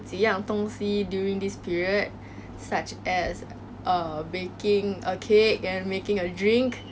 我觉得让我们的家人 err 有一些 bonding session 那你呢